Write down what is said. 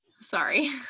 Sorry